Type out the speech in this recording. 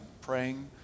praying